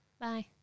Bye